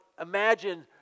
imagine